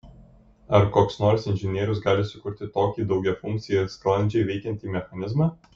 ar koks nors inžinierius gali sukurti tokį daugiafunkcį ir sklandžiai veikiantį mechanizmą